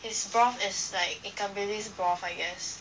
his broth is like ikan bilis broth I guess